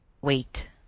Wait